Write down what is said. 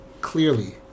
clearly